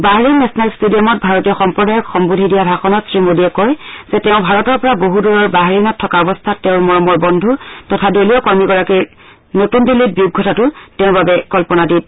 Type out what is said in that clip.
Bahrain national ষ্টেডিয়ামত ভাৰতীয় সমূদায়ক সম্বোধি দিয়া ভাষণত শ্ৰীমোডীয়ে কয় যে তেওঁ ভাৰতৰ পৰা বহু দূৰৰ বাহৰেইনত থকা অৱস্থাত তেওঁৰ মৰমৰ বন্ধু তথা দলীয় কৰ্মীগৰাকীৰ নতুন দিল্লীত বিয়োগ ঘটাটো তেওঁৰ বাবে কল্লনাতীত